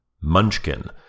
Munchkin